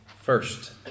first